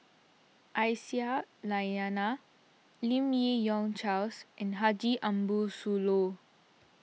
Aisyah Lyana Lim Yi Yong Charles and Haji Ambo Sooloh